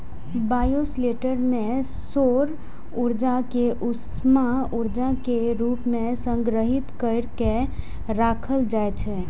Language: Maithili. बायोशेल्टर मे सौर ऊर्जा कें उष्मा ऊर्जा के रूप मे संग्रहीत कैर के राखल जाइ छै